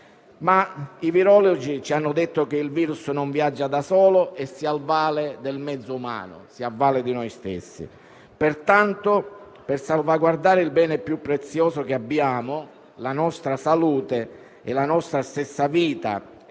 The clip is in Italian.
I virologi ci hanno detto che il virus non viaggia da solo e si avvale del mezzo umano, ovvero di noi stessi. Pertanto, per salvaguardare il bene più prezioso che abbiamo, ovvero la nostra salute e la nostra stessa vita